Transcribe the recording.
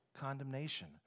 condemnation